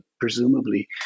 presumably